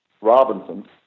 Robinson